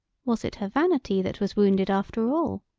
was it her vanity that was wounded after all?